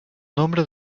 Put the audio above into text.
nombre